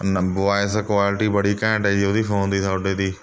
ਨਮ voice quality ਬੜੀ ਘੈਂਟ ਹੈ ਜੀ ਉਹਦੀ ਫ਼ੋਨ ਦੀ ਤੁਹਾਡੇ ਦੀ